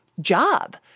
job